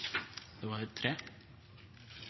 Då var